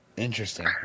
Interesting